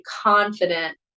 confident